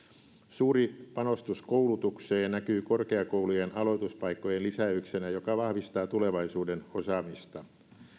suuri panostus koulutukseen näkyy korkeakoulujen aloituspaikkojen lisäyksenä joka vahvistaa tulevaisuuden osaamista